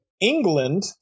England